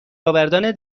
آوردن